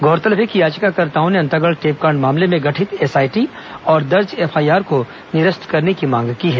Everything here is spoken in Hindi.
गौरतलब है कि याचिकाकर्ताओं ने अंतागढ़ टेपकांड मामले में गठित एसआईटी और दर्ज एफआईआर को निरस्त करने की मांग की है